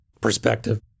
perspective